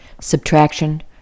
Subtraction